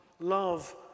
Love